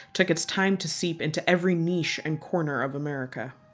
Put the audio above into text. took its time to seep into every niche and corner of america.